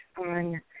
on